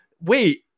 wait